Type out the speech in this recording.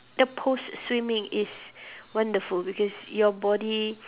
the post swimming is wonderful because your body